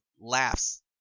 laughs